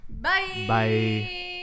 bye